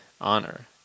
honor